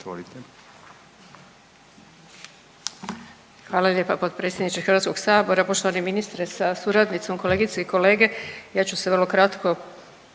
Hvala lijepa potpredsjedniče Hrvatskog sabora. Poštovani ministre sa suradnicom, kolegice i kolege ja ću se vrlo kratko